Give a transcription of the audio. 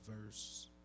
verse